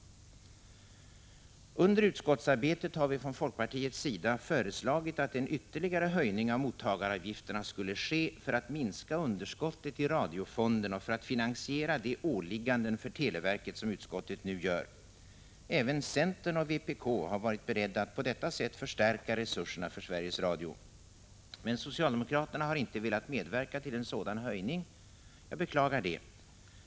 Under utskottsarbetet har vi från folkpartiets sida föreslagit att en ytterligare höjning av mottagaravgifterna skulle ske för att minska underskottet i radiofonden och för att finansiera de uppgifter som utskottet nu ålägger televerket. Även centern och vpk har varit beredda att på detta sätt förstärka resurserna för Sveriges Radio. Men socialdemokraterna har inte velat medverka till en sådan höjning. Jag beklagar det.